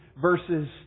verses